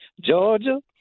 Georgia